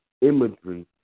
imagery